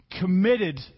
committed